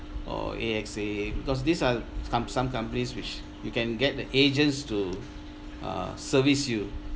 or A_X_A because these are com~ some companies which you can get the agents to uh service you